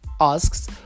asks